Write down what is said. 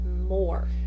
more